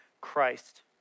Christ